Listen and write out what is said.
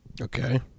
Okay